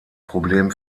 problem